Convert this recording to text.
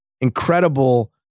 incredible